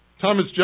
Thomas